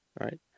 right